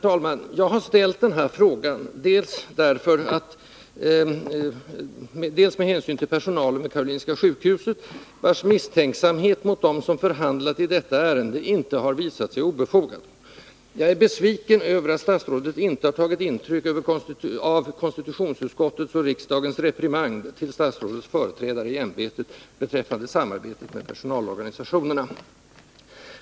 Jag har, herr talman, ställt den här frågan med hänsyn till personalen vid Karolinska sjukhuset, vars misstänksamhet mot dem som förhandlat i detta ärende inte har visat sig obefogad. Jag är besviken över att statsrådet inte har tagit intryck av konstitutionsutskottets och riksdagens reprimand till statsrådets företrädare i ämbetet beträffande samarbetet med personalorganisationerna.